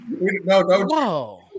no